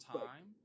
time